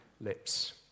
lips